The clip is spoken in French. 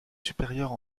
supérieurs